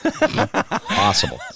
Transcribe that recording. Possible